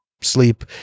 sleep